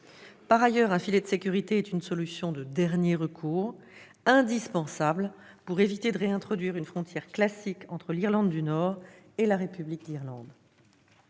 Par ailleurs, un filet de sécurité est une solution de dernier recours, indispensable pour éviter de réintroduire une frontière classique entre l'Irlande du Nord et la République d'Irlande.